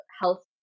health